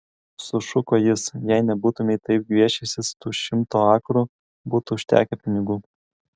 sušuko jis jei nebūtumei taip gviešęsis tų šimto akrų būtų užtekę pinigų